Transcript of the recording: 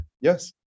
Yes